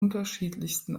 unterschiedlichsten